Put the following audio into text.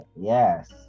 Yes